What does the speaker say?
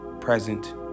present